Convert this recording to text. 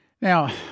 Now